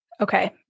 Okay